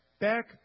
back